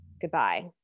Goodbye